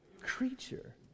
creature